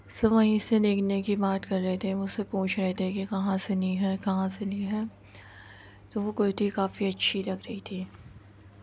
سب وہیں سے لینے کی بات کر رہے تھے مجھ سے پوچھ رہے تھے کہ کہاں سے لی ہے کہاں سے لی ہے تو وہ کرتی کافی اچھی لگ رہی تھی